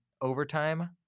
overtime